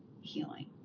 healing